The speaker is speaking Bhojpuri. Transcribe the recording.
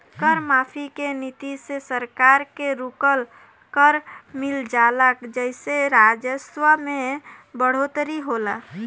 कर माफी के नीति से सरकार के रुकल कर मिल जाला जेइसे राजस्व में बढ़ोतरी होला